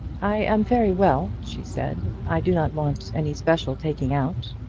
i am very well, she said. i do not want any special taking out.